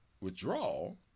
withdrawal